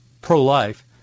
pro-life